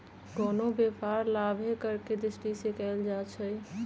कोनो व्यापार लाभे करेके दृष्टि से कएल जाइ छइ